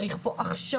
צריך פה הכשרות,